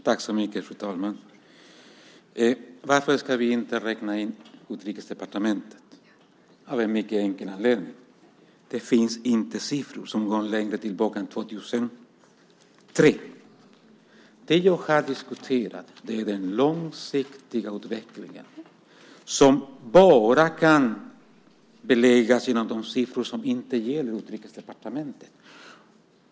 Fru talman! Varför ska vi inte räkna in Utrikesdepartementet? Av en mycket enkel anledning, det finns inte siffror som går längre tillbaka än 2003. Jag har diskuterat den långsiktiga utvecklingen som bara kan beläggas genom de siffror som inte gäller Utrikesdepartementet.